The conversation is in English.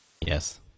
yes